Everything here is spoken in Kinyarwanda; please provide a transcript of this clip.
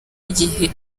igihe